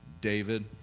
David